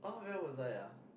oh where was I ah